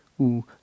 ou